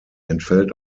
entfällt